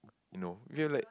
no we have like